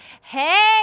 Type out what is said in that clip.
hey